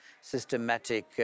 systematic